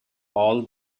all